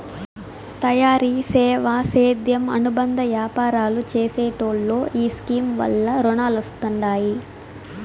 తయారీ, సేవా, సేద్యం అనుబంద యాపారాలు చేసెటోల్లో ఈ స్కీమ్ వల్ల రునాలొస్తండాయి